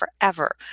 forever